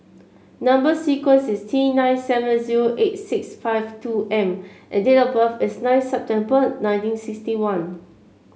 number sequence is T nine seven zero eight six five two M and date of birth is nine September nineteen sixty one